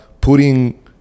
putting